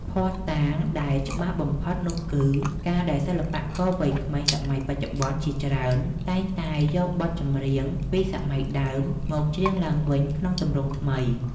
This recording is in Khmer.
ភស្តុតាងដែលច្បាស់បំផុតនោះគឺ ការដែលសិល្បករវ័យក្មេងសម័យបច្ចុប្បន្នជាច្រើន តែងតែយកបទចម្រៀងពីសម័យដើមមកច្រៀងឡើងវិញក្នុងទម្រង់ថ្មី